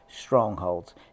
strongholds